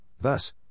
thus